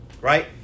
Right